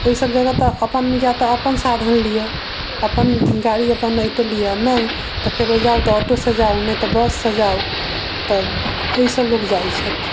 ओसभ जगह तऽ अपन या तऽ अपन साधन लिय अपन गाड़ी अपन अइ तऽ लिय आ नहि तऽ फेरो जाउ तऽ ऑटोसँ जाउ ने तऽ बससँ जाउ तऽ ओहिसँ लोक जाइ छथि